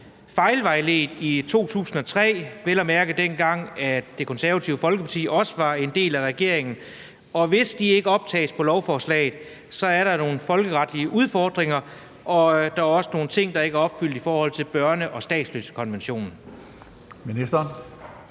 fejlvejledt i 2003, vel at mærke, dengang hvor Det Konservative Folkeparti også være en del er regeringen. Hvis de ikke optages på lovforslaget, er der nogle folkeretlige udfordringer, og der er også nogle ting, der ikke er opfyldt i forhold til børnekonventionen og statsløsekonventionen.